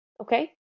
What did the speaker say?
okay